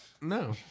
No